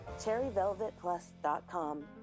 CherryVelvetPlus.com